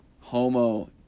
homo